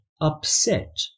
upset